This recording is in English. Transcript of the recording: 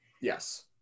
Yes